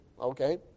okay